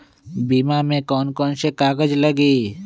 बीमा में कौन कौन से कागज लगी?